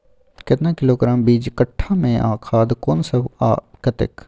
केतना किलोग्राम बीज कट्ठा मे आ खाद कोन सब आ कतेक?